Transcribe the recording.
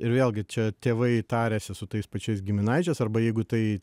ir vėlgi čia tėvai tariasi su tais pačiais giminaičiais arba jeigu tai